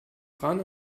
dran